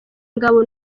ingabo